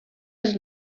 els